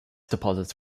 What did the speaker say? deposits